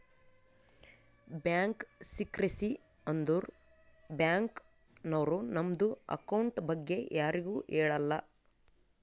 bank secrecy ಅಂದುರ್ bank ನವ್ರು ನಮ್ದು ಅಕೌಂಟ್ ಬಗ್ಗೆ ಯಾರಿಗು ಹೇಳಲ್ಲ